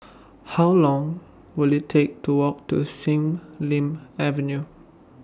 How Long Will IT Take to Walk to Sin Ling Avenue